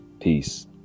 peace